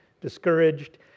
discouraged